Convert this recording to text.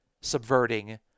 subverting